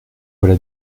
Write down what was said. voilà